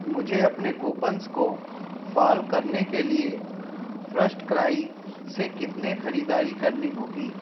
مجھے اپنے کوپنس کو فعال کرنے کے لیے فرسٹ کرائی سے کتنے خریداری کرنی ہوگی